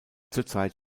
zurzeit